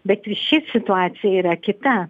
bet ir ši situacija yra kita